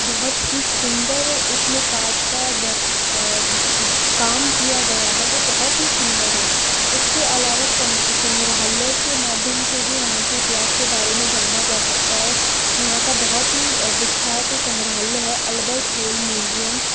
बहुत ही सुंदर उसमें कांच का काम किया गया है वो बहुत ही सुंदर है इसके अलावा शंग संग्रहालयो के माध्यम से भी वहाँ के इतिहास के बारे में जाना जा सकता है यहाँ का बहुत ही विख्यात संग्रहालय है अल्बर्ट हॉल म्यूजियम